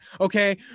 Okay